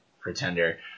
Pretender